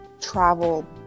travel